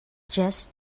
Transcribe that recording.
just